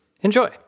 Enjoy